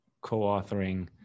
co-authoring